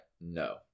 no